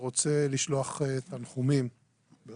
אני רוצה כאן בפורום הזה לשלוח את תנחומיי למשפחתו